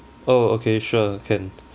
oh okay sure can